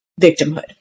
victimhood